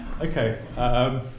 okay